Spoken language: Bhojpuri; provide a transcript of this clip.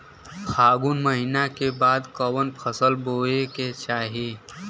फागुन महीना के बाद कवन फसल बोए के चाही?